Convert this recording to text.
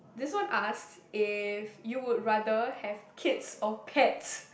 this one asks if you would rather have kids or pets